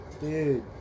Dude